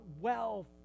wealth